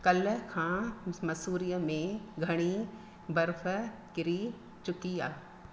काल्ह खां मसूरीअ में घणी बर्फ़ किरी चुकी आहे